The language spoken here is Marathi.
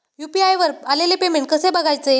यु.पी.आय वर आलेले पेमेंट कसे बघायचे?